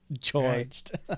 charged